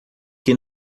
que